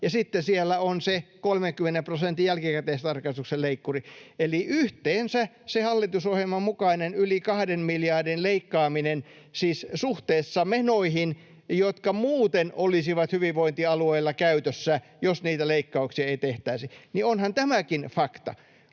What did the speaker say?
ja sitten siellä on se 30 prosentin jälkikäteistarkastuksen leikkuri. Eli yhteensä se on hallitusohjelman mukainen yli 2 miljardin leikkaaminen siis suhteessa menoihin, jotka muuten olisivat hyvinvointialueilla käytössä, jos niitä leikkauksia ei tehtäisi. Onhan tämäkin fakta.